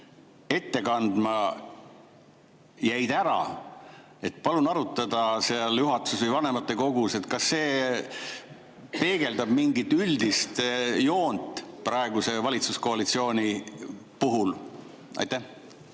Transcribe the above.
ette kandma, jäi ära, siis palun arutada seal juhatuses või vanematekogus, kas see peegeldab mingit üldist joont praeguse valitsuskoalitsiooni puhul. Jaa,